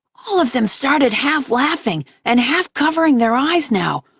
all of them started half laughing and half covering their eyes now,